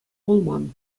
пулман